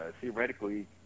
Theoretically